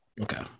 Okay